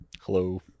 Hello